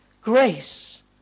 Grace